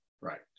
Right